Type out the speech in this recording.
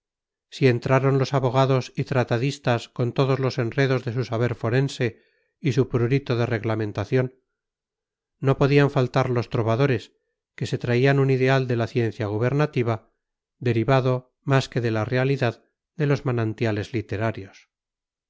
si entraron los abogados y tratadistas con todos los enredos de su saber forense y su prurito de reglamentación no podían faltar los trovadores que se traían un ideal de la ciencia gubernativa derivado más que de la realidad de los manantiales literarios